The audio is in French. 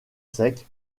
sec